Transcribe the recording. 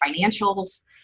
financials